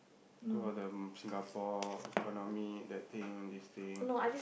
what about the Singapore economy that thing this thing